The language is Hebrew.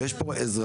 ויש פה אזרחים.